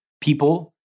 people